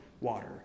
water